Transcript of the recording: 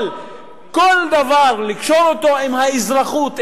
אבל לקשור כל דבר עם האזרחות,